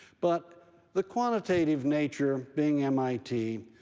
but the quantitative nature, being mit,